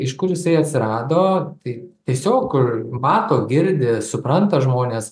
iš kur jisai atsirado tai tiesiog kur mato girdi supranta žmonfs